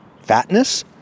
fatness